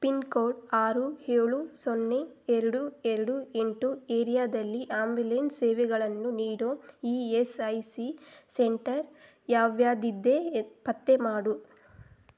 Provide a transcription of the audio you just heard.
pin code ಆರು ಏಳು ಸೊನ್ನೆ ಎರಡು ಎರಡು ಎಂಟು ಏರಿಯಾದಲ್ಲಿ ಆಂಬ್ಯುಲೆನ್ಸ್ ಸೇವೆಗಳನ್ನು ನೀಡೊ E S I C centre ಯಾವ್ಯಾವುದಿದೆ ಪತ್ತೆ ಮಾಡು